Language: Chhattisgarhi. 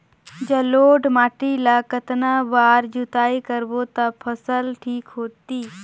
जलोढ़ माटी ला कतना बार जुताई करबो ता फसल ठीक होती?